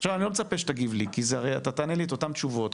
עכשיו אני לא מצפה שתגיב לי כי הרי אתה תיתן לי אותן תשובות,